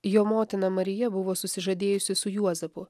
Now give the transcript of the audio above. jo motina marija buvo susižadėjusi su juozapu